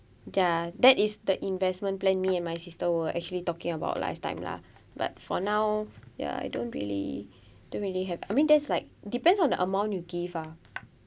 ya that is the investment plan me and my sister were actually talking about last time lah but for now ya I don't really don't really have I mean there's like depends on the amount you give ah